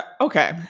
Okay